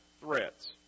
threats